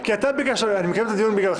אני מקיים את הדיון בגללך.